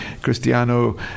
Cristiano